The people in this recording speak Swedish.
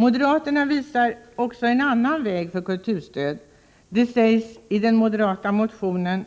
Moderaterna anvisar också en annan väg för kulturstöd. I den moderata motionen